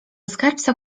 skarbca